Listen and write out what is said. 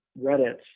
Reddit